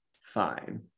fine